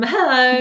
Hello